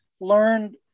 learned